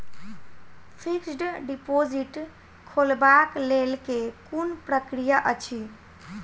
Fixed deposit खोलबाक लेल केँ कुन प्रक्रिया अछि?